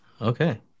Okay